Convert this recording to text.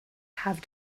have